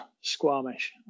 Squamish